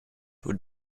would